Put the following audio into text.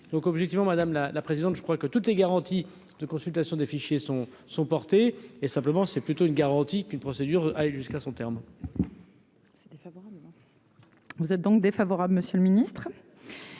donc objectivement, madame la présidente, je crois que toutes les garanties de consultation des fichiers sont sont portés et simplement c'est plutôt une garantie qu'une procédure aille jusqu'à son terme. C'était favorablement. Vous êtes donc défavorable, monsieur le Ministre.